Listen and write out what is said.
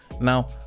Now